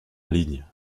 ligne